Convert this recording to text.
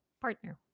partner